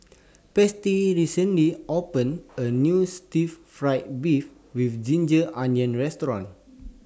Patsy recently opened A New Stir Fry Beef with Ginger Onions Restaurant